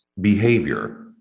behavior